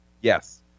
Yes